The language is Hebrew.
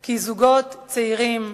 כי זוגות צעירים,